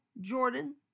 Jordan